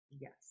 Yes